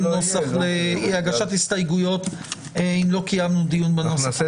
תהיה הוראה של המחוקק בחוק ספציפי בעתיד שמחייבת אישור ועדה